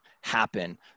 happen